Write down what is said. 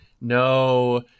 no